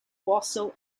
also